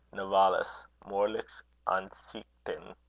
novalis. moralische ansichten.